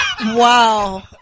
Wow